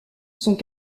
sont